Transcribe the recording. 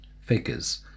figures